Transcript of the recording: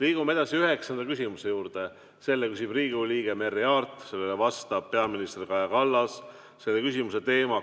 Liigume edasi üheksanda küsimuse juurde. Selle küsib Riigikogu liige Merry Aart, sellele vastab peaminister Kaja Kallas. Küsimuse teema